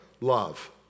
love